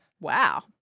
Wow